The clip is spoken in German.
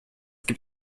gibt